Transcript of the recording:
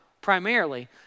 primarily